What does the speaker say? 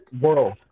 world